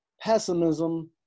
pessimism